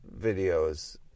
videos